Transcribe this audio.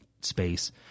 space